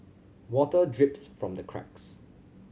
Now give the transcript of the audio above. water drips from the cracks